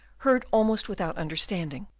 heard almost without understanding,